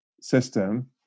system